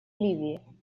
ливии